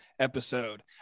episode